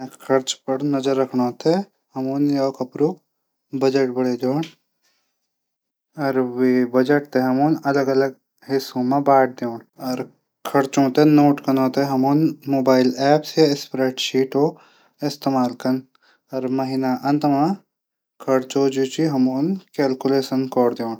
खर्च पर नजर रखणो तै हमन अपडू बजट बणो दिण अर वे बजट थै हम अलग-अलग हिस्सो मा बांट दीण। खर्चों थै हमन नोट कनो थै नोट बूक या मोबाइल एप मा स्प्रे सीट हो इस्तेमाल कन अर महिना अंत मा हमन कैलुकलेशन कैर दीण